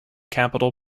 capital